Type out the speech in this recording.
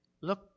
Look